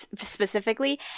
specifically